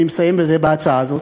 אני מסיים בהצעה הזאת.